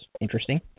interesting